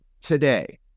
today